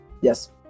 Yes